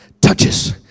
touches